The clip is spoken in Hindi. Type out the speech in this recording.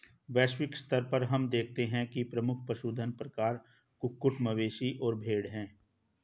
वैश्विक स्तर पर हम देखते हैं कि प्रमुख पशुधन प्रकार कुक्कुट, मवेशी और भेड़ हैं